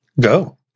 Go